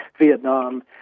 Vietnam